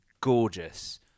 gorgeous